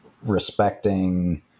respecting